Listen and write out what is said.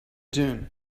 doing